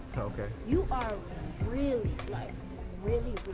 okay. you are really like really